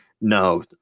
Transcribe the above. no